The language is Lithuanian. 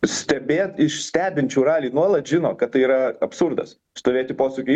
stebėt iš stebinčių ralį nuolat žino kad tai yra absurdas stovėti posūkio iš